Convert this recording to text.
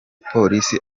polisi